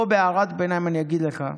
בהערת ביניים אני אגיד לך: